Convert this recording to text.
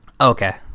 okay